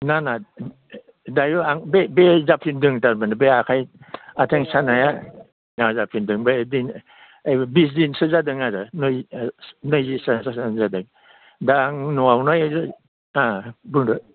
ना ना दायो आं बे बे जाफिन्दों थारमाने बे आखाइ आथिं सानाया दा जाफिन्दों बे बिस दिनसो जादों आरो नैजि सानसो जादों दा आं न'आवनो बुंदो